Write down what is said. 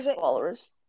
followers